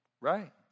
right